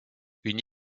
une